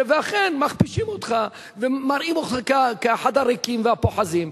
ואכן מכפישים אותך ומראים אותך כאחד הריקים והפוחזים,